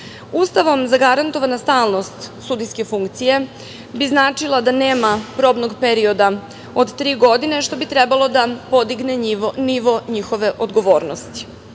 itd. Ustavom zagarantovana stalnost sudske funkcije bi značila bi da nema probnog perioda od tri godine, što bi trebalo da podigne nivo njihove odgovornosti.U